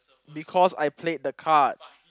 because I played the card